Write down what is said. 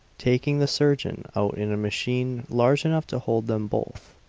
taking the surgeon out in a machine large enough to hold them both.